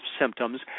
symptoms